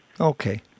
Okay